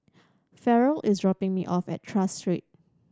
Farrell is dropping me off at Tras Street